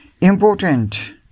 important